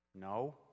No